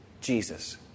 Jesus